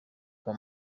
kwa